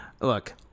look